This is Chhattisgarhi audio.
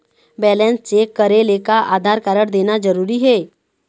बैलेंस चेक करेले का आधार कारड देना जरूरी हे?